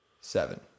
seven